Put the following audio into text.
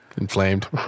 inflamed